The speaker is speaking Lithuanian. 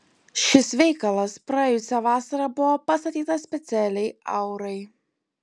šis veikalas praėjusią vasarą buvo pastatytas specialiai aurai